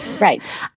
Right